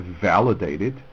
validated